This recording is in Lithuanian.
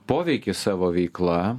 poveikį savo veikla